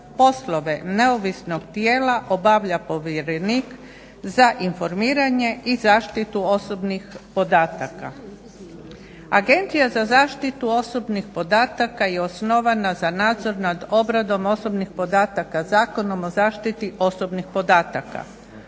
poslove neovisnog tijela obavlja povjerenik za informiranje i zaštitu osobnih podataka. Agencija za zaštitu osobnih podataka je osnovana za nadzor nad obradom osobnih podataka Zakonom o zaštiti osobnih podataka.